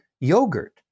yogurt